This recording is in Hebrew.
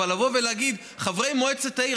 אבל לבוא ולהגיד: חברי מועצת העיר,